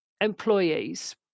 employees